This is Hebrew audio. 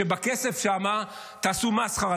שבכסף שם תעשו מסחרה.